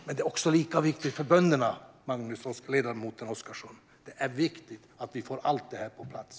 Men det är också lika viktigt för bönderna, ledamot Oscarsson. Det är viktigt att vi får allt detta på plats.